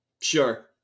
Sure